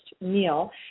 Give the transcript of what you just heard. meal